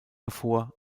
hervor